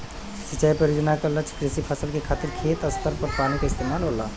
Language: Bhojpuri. सिंचाई परियोजना क लक्ष्य कृषि फसल के खातिर खेत स्तर पर पानी क इस्तेमाल होला